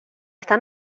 esta